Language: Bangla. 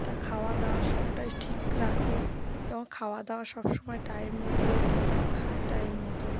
তার খাওয়া দাওয়া সবটাই ঠিক রাখি খাওয়া দাওয়া সবসময় টাইম মতোই দিই খায় টাইম মতো